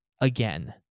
again